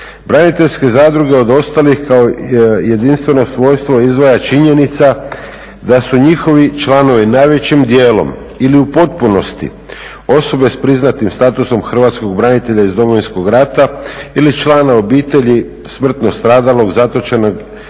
Braniteljske zadruge od ostalih kao jedinstveno svojstvo izdvaja činjenica da su njihovi članovi najvećim dijelom ili u potpunosti osobe s priznatim statusom hrvatskog branitelja iz Domovinskog rata ili člana obitelji smrtno stradalog, zatočenog